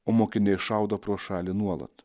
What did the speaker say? o mokiniai šaudo pro šalį nuolat